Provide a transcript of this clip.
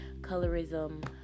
colorism